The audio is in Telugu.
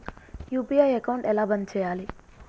యూ.పీ.ఐ అకౌంట్ ఎలా బంద్ చేయాలి?